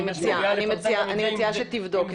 אני מציעה שתבדוק.